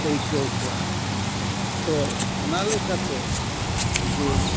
ᱟᱹᱭᱠᱟᱹᱣ ᱠᱚᱣᱟ ᱛᱚ ᱚᱱᱟ ᱞᱮᱠᱟᱛᱮ ᱡᱮ